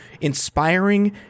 inspiring